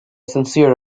sincere